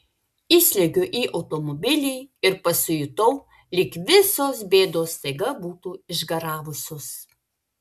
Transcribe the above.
įsliuogiau į automobilį ir pasijutau lyg visos bėdos staiga būtų išgaravusios